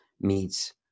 meets